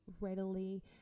readily